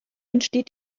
entsteht